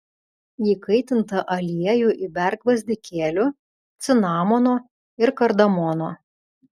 į įkaitintą aliejų įberk gvazdikėlių cinamono ir kardamono